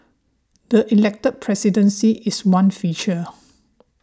the elected presidency is one feature